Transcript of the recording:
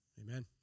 Amen